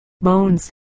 bones